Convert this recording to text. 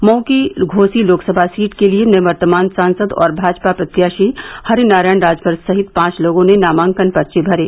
मऊ की घोसी लोकसभा सीट के लिये निवर्तमान सांसद और भाजपा प्रत्याशी हरि नारायण राजभर सहित पांच लोगों ने नामांकन पर्चे भरे